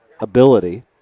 ability